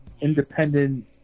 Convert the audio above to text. independent